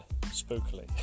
spookily